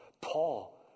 Paul